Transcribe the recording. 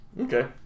Okay